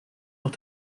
noch